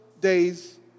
days